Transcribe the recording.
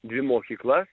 dvi mokyklas